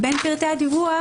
בין פרטי הדיווח,